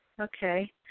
okay